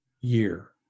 year